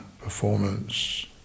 performance